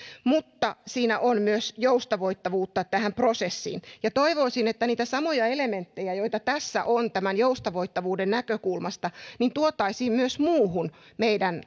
mutta siinä on myös joustavoittavuutta tähän prosessiin toivoisin että niitä samoja elementtejä joita tässä on tämän joustavoittavuuden näkökulmasta tuotaisiin myös muihin meidän